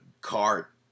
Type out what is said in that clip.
cart